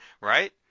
right